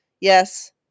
yes